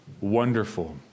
wonderful